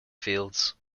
fields